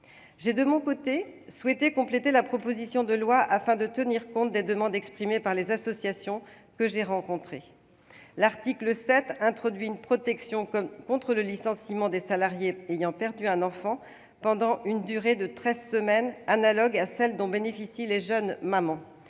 De mon côté, j'ai souhaité compléter la proposition de loi afin de tenir compte des demandes exprimées par les associations que j'ai rencontrées. L'article 7 introduit ainsi une protection contre le licenciement des salariés ayant perdu un enfant, pendant une durée de treize semaines, à l'instar de ce dont bénéficient les jeunes mères.